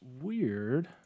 weird